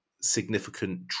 significant